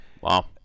wow